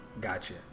gotcha